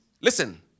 Listen